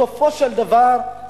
בסופו של דבר,